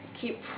Keep